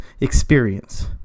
Experience